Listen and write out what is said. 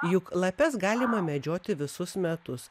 juk lapes galima medžioti visus metus